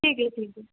ٹھیک ہے ٹھیک ہے